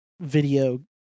video